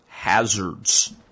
hazards